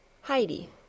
Heidi